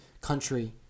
country